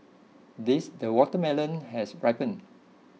this the watermelon has ripened